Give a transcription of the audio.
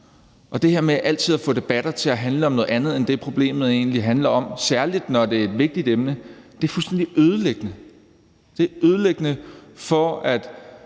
og det her med altid at få debatter til at handle om noget andet end det, problemet egentlig er, særlig når det er et vigtigt emne, er fuldstændig ødelæggende. Det er ødelæggende for at